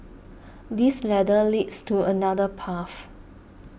this ladder leads to another path